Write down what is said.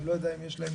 אני לא יודע אם יש להם